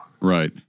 Right